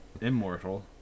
immortal